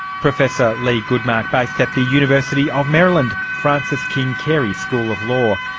professor leigh goodmark based at the university of maryland francis king carey school of law.